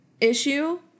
issue